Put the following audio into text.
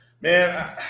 man